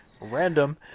Random